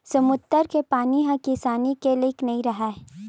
समुद्दर के पानी ह किसानी के लइक नइ राहय